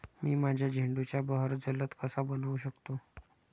मी माझ्या झेंडूचा बहर जलद कसा बनवू शकतो?